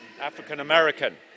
African-American